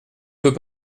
veux